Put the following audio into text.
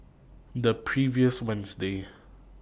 The previous Wednesday